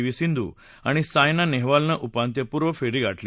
V Sindhu आणि सायना नेहवालनं उपांत्यपूर्व फेरी गाठली